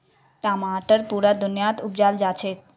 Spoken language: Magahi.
टमाटर पुरा दुनियात उपजाल जाछेक